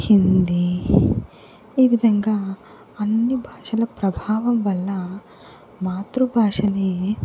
హింది ఈ విధంగా అన్ని భాషల ప్రభావం వల్ల మాతృభాషనే